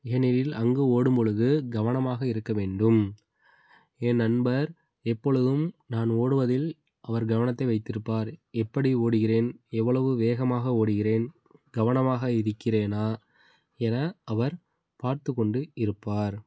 ஏனெனில் அங்கு ஓடும்பொழுது கவனமாக இருக்க வேண்டும் என் நண்பர் எப்பொழுதும் நான் ஓடுவதில் அவர் கவனத்தை வைத்திருப்பார் எப்படி ஓடுகிறேன் எவ்வளவு வேகமாக ஓடுகிறேன் கவனமாக இருக்கிறேனா என அவர் பார்த்துக் கொண்டு இருப்பார்